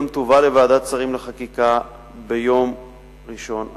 וגם תובא לוועדת שרים לחקיקה ביום ראשון הקרוב.